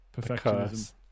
perfectionism